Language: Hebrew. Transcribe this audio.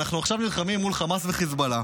אנחנו עכשיו נלחמים מול חמאס וחיזבאללה,